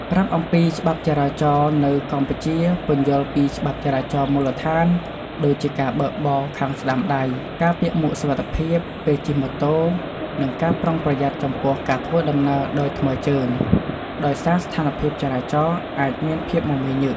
ប្រាប់អំពីច្បាប់ចរាចរណ៍នៅកម្ពុជាពន្យល់ពីច្បាប់ចរាចរណ៍មូលដ្ឋាន ដូចជាការបើកបរខាងស្ដាំដៃ ការពាក់មួកសុវត្ថិភាពពេលជិះម៉ូតូ និងការប្រុងប្រយ័ត្នចំពោះការធ្វើដំណើរដោយថ្មើរជើង ដោយសារស្ថានភាពចរាចរណ៍អាចមានភាពមមាញឹក។